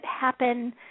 happen